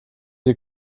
die